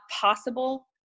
possible